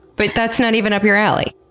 but that's not even up your alley.